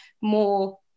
more